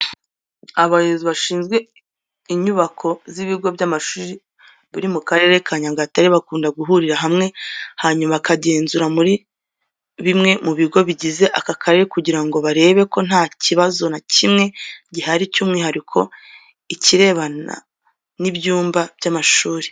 Abayobozi bashinzwe inyubako z'ibigo by'amashuri biri mu karere ka Nyagatare, bakunda guhurira hamwe hanyuma bakazenguruka muri bimwe mu bigo bigize aka karere kugira ngo barebe ko nta kibazo nta kimwe gihari by'umwihariko ikirebana n'ibyumba by'amashuri.